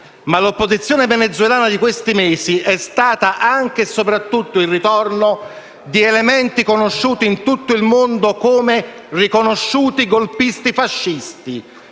Ma l'opposizione venezuelana di questi mesi è stata anche e soprattutto il ritorno di elementi conosciuti in tutto il mondo come riconosciuti golpisti fascisti.